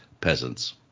peasants